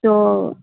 تو